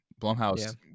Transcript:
Blumhouse